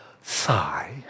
Sigh